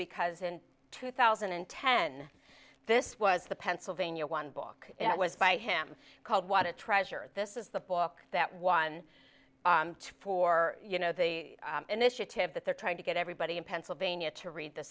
because in two thousand and ten this was the pennsylvania one book it was by him called what a treasure this is the book that one for you know the initiative that they're trying to get everybody in pennsylvania to read the